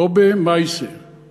"בובע מעשה";